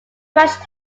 much